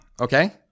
okay